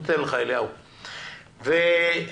היום,